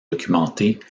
documentés